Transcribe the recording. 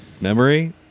memory